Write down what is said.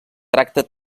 tracta